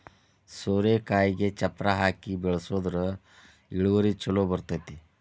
ಸೋರೆಕಾಯಿಗೆ ಚಪ್ಪರಾ ಹಾಕಿ ಬೆಳ್ಸದ್ರ ಇಳುವರಿ ಛಲೋ ಬರ್ತೈತಿ